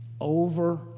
over